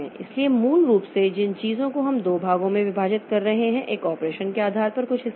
इसलिए मूल रूप से जिन चीजों को हम दो भागों में विभाजित कर रहे हैं एक ऑपरेशन के आधार पर कुछ हिस्सा है